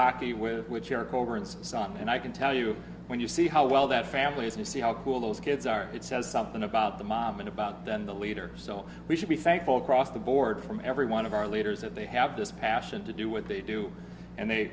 hockey with which eric over and son and i can tell you when you see how well that family is you see how cool those kids are it says something about the mom and about then the leader so we should be thankful cross the board from every one of our leaders of they have this passion to do what they do and they